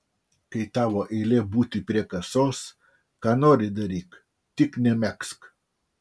kai tavo eilė būti prie kasos ką nori daryk tik nemegzk